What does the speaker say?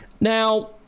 Now